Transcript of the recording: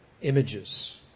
images